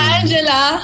Angela